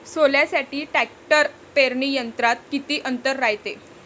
सोल्यासाठी ट्रॅक्टर पेरणी यंत्रात किती अंतर रायते?